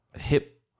hip